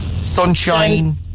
Sunshine